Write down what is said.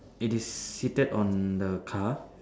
it is seated on the car